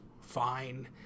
fine